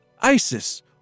Isis